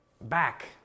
back